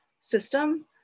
system